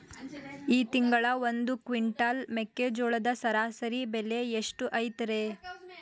ಈ ತಿಂಗಳ ಒಂದು ಕ್ವಿಂಟಾಲ್ ಮೆಕ್ಕೆಜೋಳದ ಸರಾಸರಿ ಬೆಲೆ ಎಷ್ಟು ಐತರೇ?